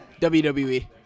WWE